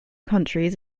countries